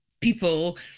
people